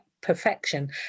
perfection